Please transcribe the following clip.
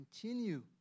continue